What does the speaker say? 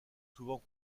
souvent